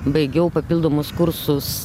baigiau papildomus kursus